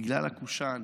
בגלל הקושאן,